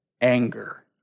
anger